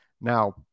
Now